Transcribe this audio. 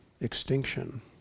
extinction